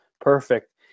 Perfect